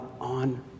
on